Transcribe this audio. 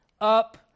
up